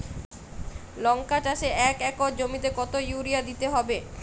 লংকা চাষে এক একর জমিতে কতো ইউরিয়া দিতে হবে?